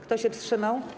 Kto się wstrzymał?